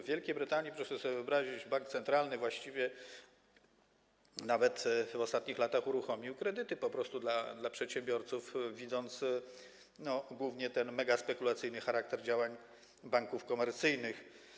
W Wielkiej Brytanii, proszę sobie wyobrazić, bank centralny nawet w ostatnich latach uruchomił po prostu kredyty dla przedsiębiorców, widząc głównie ten megaspekulacyjny charakter działań banków komercyjnych.